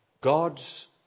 God's